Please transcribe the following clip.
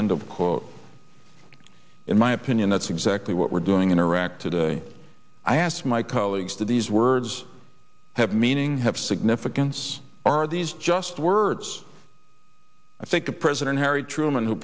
quote in my opinion that's exactly what we're doing in iraq today i ask my colleagues to these words have meaning have significance are these just words i think the president harry truman who